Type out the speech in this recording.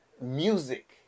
Music